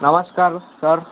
नमस्कार सर